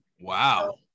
Wow